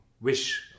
wish